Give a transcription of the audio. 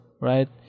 right